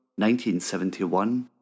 1971